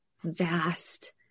vast